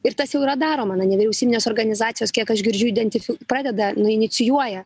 ir tas jau yra daroma na nevyriausybinės organizacijos kiek aš girdžiu identifi pradeda nu inicijuoja